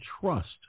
trust